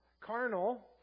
carnal